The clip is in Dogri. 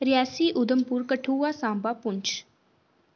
रियासी उधमपुर कठुआ सांबा पुंछ